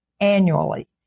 annually